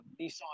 Nissan